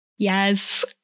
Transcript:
Yes